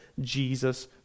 Jesus